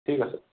ঠিক আছে